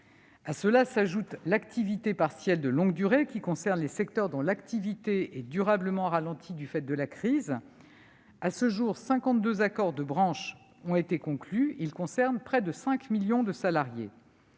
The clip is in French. À cela s'ajoute l'activité partielle de longue durée, qui concerne les secteurs dont l'activité est durablement ralentie du fait de la crise. À ce jour, 52 accords de branche ont été conclus, concernant près de 5 millions de salariés.